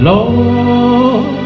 Lord